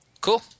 Cool